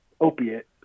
opiate